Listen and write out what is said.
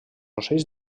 ocells